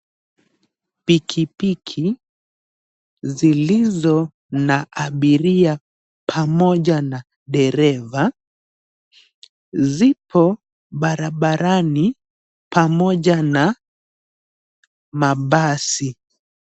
Pikipiki zilizo na abiria pamoja na dereva, Zipo barabarani pamoja na mabasi.